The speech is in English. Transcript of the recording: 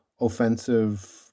offensive